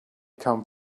come